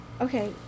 okay